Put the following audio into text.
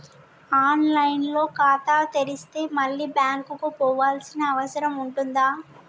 On line లో ఖాతా తెరిస్తే మళ్ళీ బ్యాంకుకు పోవాల్సిన అవసరం ఉంటుందా?